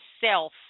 self